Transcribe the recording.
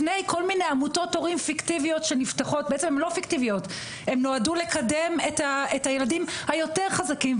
זה עוד לפני כל מיני עמותות הורים שנועדו לקדם את הילדים היותר חזקים.